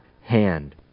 hand